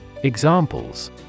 Examples